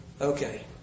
Okay